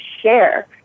share